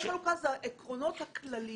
כללי חלוקה הם העקרונות הכלליים